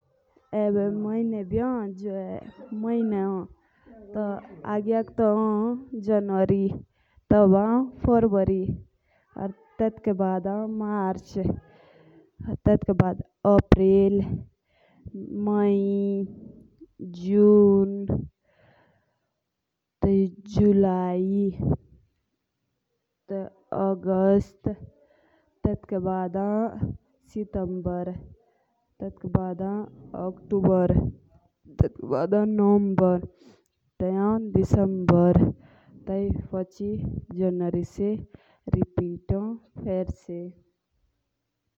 जनवरी, फरवरी, मार्च, अप्रैल, मई, जून, जुलाई, अगस्त, सितंबर, संख्या, दिसंबर।